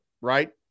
Right